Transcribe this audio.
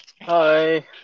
hi